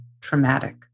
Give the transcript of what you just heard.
traumatic